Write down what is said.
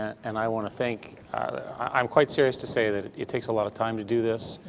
and i want to thank i'm quite serious to say that it takes a lot of time to do this.